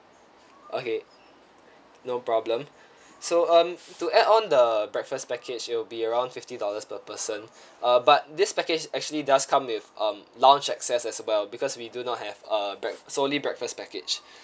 okay no problem so um to add on the breakfast package it will be around fifty dollars per person uh but this package actually does come with um lounge access as well because we do not have err break~ solely breakfast package